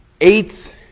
eighth